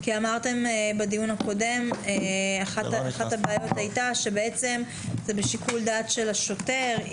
כי אחת הבעיות שהיתה בדיון הקודם היא שזה בשיקול דעת של השוטר.